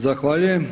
Zahvaljujem.